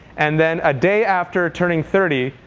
and then a day after turning thirty,